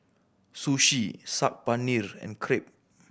Sushi Saag Paneer and Crepe